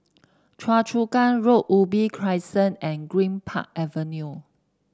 Choa Chu Kang Road Ubi Crescent and Greenpark Avenue